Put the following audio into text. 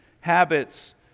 habits